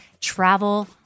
travel